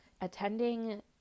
attending